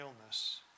illness